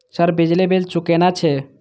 Sir बिजली bill चूकेना छे?